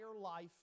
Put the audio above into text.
life